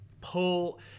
pull